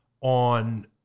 on